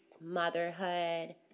Motherhood